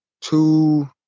two